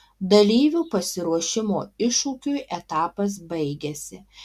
dalyvių pasiruošimo iššūkiui etapas baigiasi